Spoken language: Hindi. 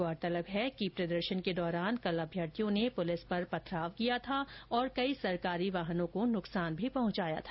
गौरतलब है कि प्रदर्शन के दौरान कल अभ्यर्थियों ने पुलिस पर पथराव किया था और कई सरकारी वाहनों को नुकसान भी पहुंचाया था